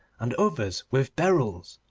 and others with beryls.